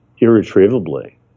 irretrievably